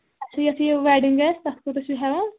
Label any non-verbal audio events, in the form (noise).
(unintelligible) یَتھ یہِ وَڈِنٛگ آسہِ تَتھ کوٗتاہ چھُو ہٮ۪وان